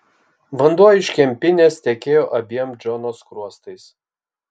vanduo iš kempinės tekėjo abiem džono skruostais